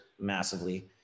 massively